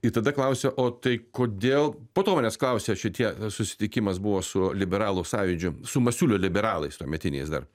ir tada klausia o tai kodėl po to manęs klausia šitie susitikimas buvo su liberalų sąjūdžiu su masiulio liberalais tuometiniais dar